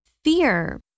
Fear